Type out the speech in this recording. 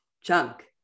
junk